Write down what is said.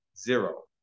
Zero